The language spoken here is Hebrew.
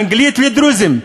אנגלית לדרוזים,